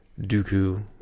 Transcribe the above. Dooku